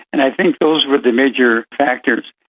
and i think those were the major factors.